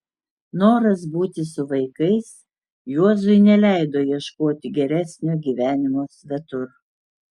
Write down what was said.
noras būti su vaikais juozui neleido ieškoti geresnio gyvenimo svetur